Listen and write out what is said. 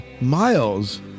Miles